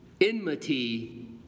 enmity